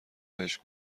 بهش